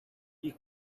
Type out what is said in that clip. you